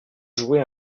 jouer